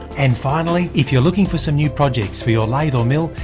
and finally, if you're looking for some new projects for your lathe or mill,